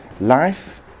Life